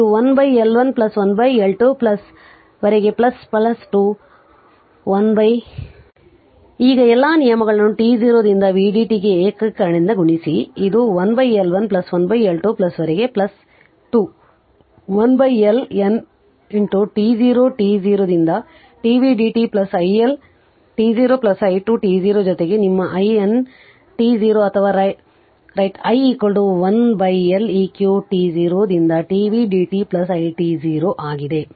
ಇದು 1L 1 plus 1L 2 plus ವರೆಗೆ plus up to 1L N t 0 t t 0 ರಿಂದ t v dt plus i1 t 0 plus i2 t 0 ಜೊತೆಗೆ ನಿಮ್ಮ i N t 0 ಅಥವಾ write i 1L eq t 0 ರಿಂದ t v dt plus i t 0